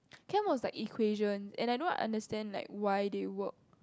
chem was like equation and I don't understand like why they work